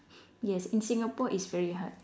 yes in Singapore it's very hard